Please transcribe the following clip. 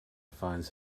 finds